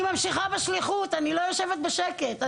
אני ממשיכה בשליחות, אני לא יושבת בשקט.